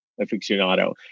aficionado